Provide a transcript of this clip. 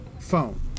phone